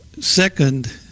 second